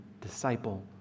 disciple